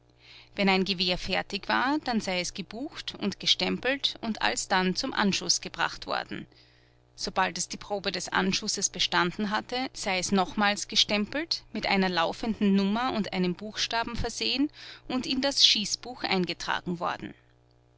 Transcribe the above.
wenn ein gewehr fertig war dann sei es gebucht und gestempelt und alsdann zum anschuß gebracht worden sobald es die probe des anschusses bestanden hatte sei es nochmals gestempelt mit einer laufenden nummer und einem buchstaben versehen und in das schießbuch eingetragen worden